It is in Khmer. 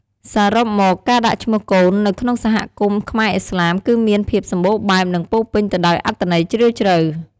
សរុបមក ការដាក់ឈ្មោះកូននៅក្នុងសហគមន៍ខ្មែរឥស្លាម គឺមានភាពសម្បូរបែប និងពោរពេញទៅដោយអត្ថន័យជ្រាលជ្រៅ។